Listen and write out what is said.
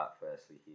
firstly